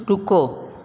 रुको